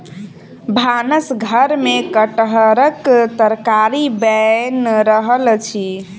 भानस घर में कटहरक तरकारी बैन रहल अछि